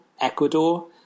Ecuador